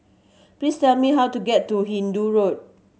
please tell me how to get to Hindoo Road